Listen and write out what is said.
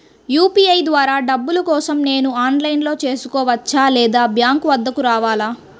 UPI ద్వారా డబ్బులు కోసం నేను ఆన్లైన్లో చేసుకోవచ్చా? లేదా బ్యాంక్ వద్దకు రావాలా?